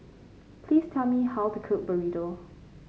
please tell me how to cook Burrito